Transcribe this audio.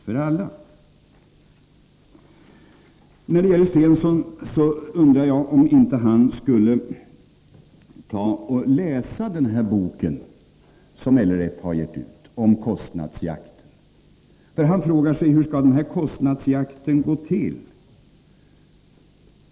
När det sedan gäller Stensson undrar jag om inte han skulle läsa den bok som LRF har gett ut om kostnadsjakt. Han frågar nämligen: Hur skall kostnadsjakten gå till?